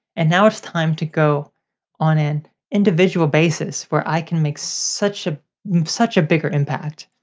and now it's time to go on an individual basis where i can make such ah such a bigger impact.